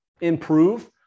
improve